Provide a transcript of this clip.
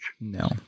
No